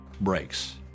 breaks